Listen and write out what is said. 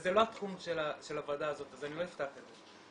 וזה לא התחום של הוועדה הזאת אז לא אפתח את זה,